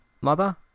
mother